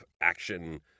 action